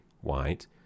white